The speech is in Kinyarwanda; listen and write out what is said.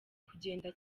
kugenda